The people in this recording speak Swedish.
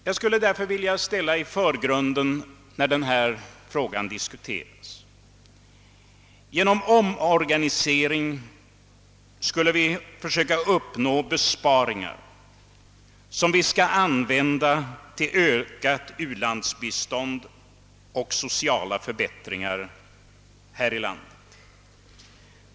Jag skulle därför, när denna fråga diskuteras, vilja ställa den tanken i förgrunden att vi genom omorganisering skall försöka uppnå besparingar, som vi bör använda till ökat u-landsbistånd och sociala förbättringar här i landet.